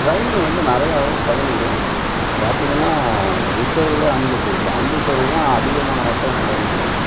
train வந்து நிறையா அளவில் ட்ரெயினு உடணும் பார்த்தீங்கனா ரிசர்வ்டு அன்ரிசர்வ்டு அன்ரிசர்வுடுல தான் அதிகமான மக்கள் வந்து பயணிக்கிறாங்க